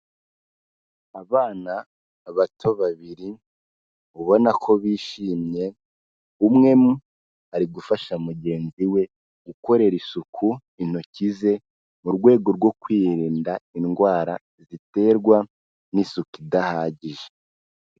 Abana bato babiri, ubona ko bishimye, umwe ari gufasha mugenzi we gukorera isuku intoki ze, mu rwego rwo kwirinda indwara ziterwa n'isuku idahagije.